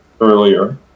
earlier